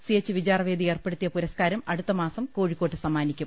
C H Vicharvedi ഏർപ്പെടുത്തിയ പുരസ്കാരം അടു ത്തമാസം കോഴിക്കോട്ട് സമ്മാനിക്കും